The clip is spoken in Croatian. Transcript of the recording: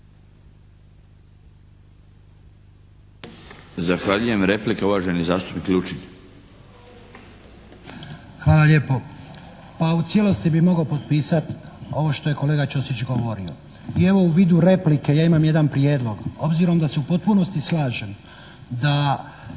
Zahvaljujem. Replika, uvaženi zastupnik Lučin. **Lučin, Šime (SDP)** Hvala lijepo. Pa u cijelosti bi mogao potpisati ovo što je kolega Ćosić govorio. I evo, u vidu replike, ja imam jedan prijedlog. Obzirom da se u potpunosti slažem da